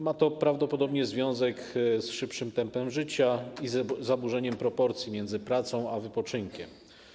Ma to prawdopodobnie związek z szybszym tempem życia i z zaburzeniem proporcji między pracą a wypoczynkiem.